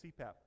CPAP